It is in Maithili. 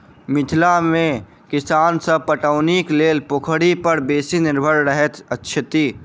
मिथिला मे किसान सभ पटौनीक लेल पोखरि पर बेसी निर्भर रहैत छथि